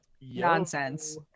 Nonsense